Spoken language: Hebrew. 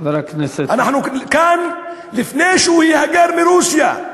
אנחנו כאן מלפני שהוא היגר מרוסיה,